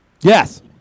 Yes